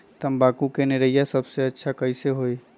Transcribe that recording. तम्बाकू के निरैया सबसे अच्छा कई से होई?